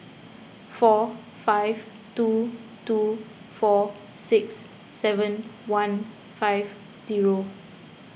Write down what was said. four five two two four six seven one five zero